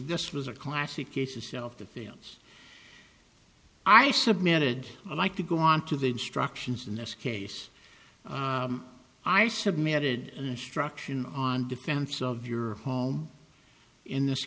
this was a classic case of self defense i submitted i like to go on to the instructions in this case i submitted an instruction on defense of your home in this